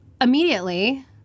immediately